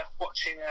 watching